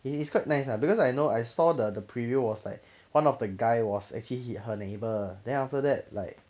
it is quite nice lah because I know I saw the preview was like one of the guy was actually hit her neighbour then after that like